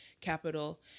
capital